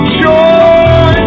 joy